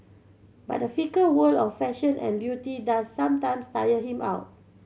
but the fickle world of fashion and beauty does sometimes tire him out